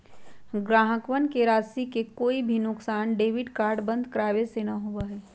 ग्राहकवन के राशि के कोई भी नुकसान डेबिट कार्ड बंद करावे से ना होबा हई